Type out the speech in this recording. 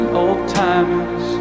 old-timers